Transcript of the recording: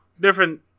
different